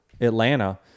Atlanta